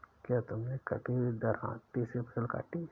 क्या तुमने कभी दरांती से फसल काटी है?